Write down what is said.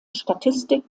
statistik